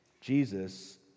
Jesus